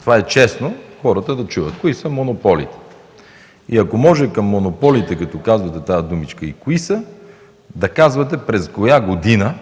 Това е честно хората да чуят – кои са монополите. И ако може към монополите, като казвате тази думичка, и кои са, да казвате през коя година